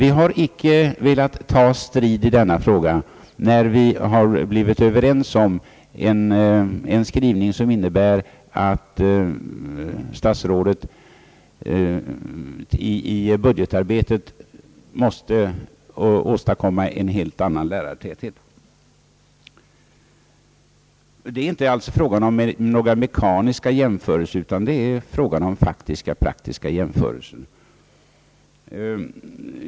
Vi har inte velat ta strid i denna fråga, när vi har blivit överens om en skrivning som innebär att statsrådet i budgetarbetet måste åstadkomma en helt annan lärartäthet. Det är alltså inte fråga om några mekaniska jämförelser utan om faktiska och praktiska jämförelser.